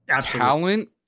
Talent